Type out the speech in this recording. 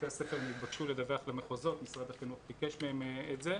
בתי הספר נתבקשו לדווח למחוזות משרד החינוך ביקש מהם את זה,